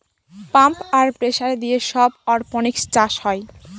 pump আর pressure দিয়ে সব অরপনিক্স চাষ হয়